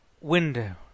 window